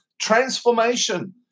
Transformation